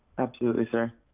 absolutely sir.